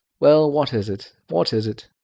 well, what is it? what is it?